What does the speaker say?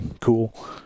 cool